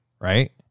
right